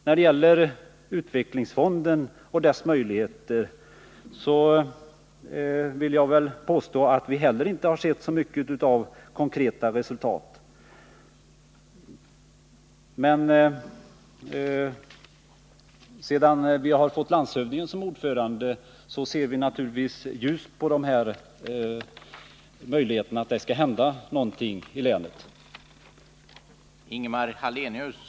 När det gäller utvecklingsfonden och dess möjligheter vill jag väl påstå rent allmänt att vi heller inte har sett så mycket av konkreta resultat ännu. Sedan vi nu fått landshövdingen som ordförande ser vi naturligtvis ljusare på möjligheten att någonting skall hända i länet.